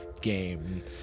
game